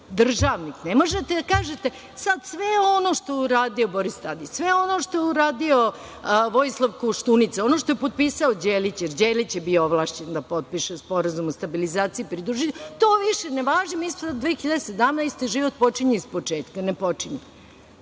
državnik, ne možete da kažete sad sve ono što je uradio Boris Tadić, sve ono što je uradio Vojislav Koštunica, ono što je potpisao Đelić, jer Đelić je bio ovlašćen da potpiše Sporazum o stabilizaciji i pridruživanju, to više ne važi, mi smo sad u 2017. godini, život počinje iz početka. Ne počinje.